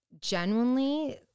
Genuinely